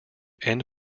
end